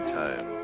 time